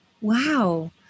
Wow